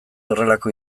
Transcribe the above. horrelako